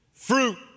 Fruit